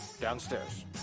Downstairs